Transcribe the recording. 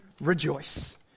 rejoice